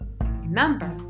Remember